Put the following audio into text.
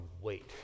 wait